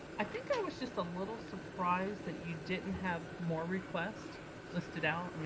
i think i was just a little surprised that you didn't have more requests listed out.